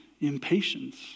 impatience